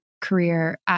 career